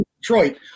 Detroit